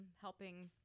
helping